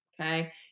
Okay